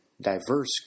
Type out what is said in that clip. diverse